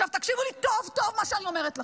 עכשיו, תקשיבו טוב טוב למה שאני אומרת לכם: